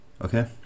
Okay